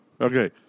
okay